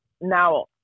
Now